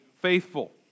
faithful